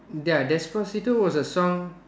ya Despacito was a song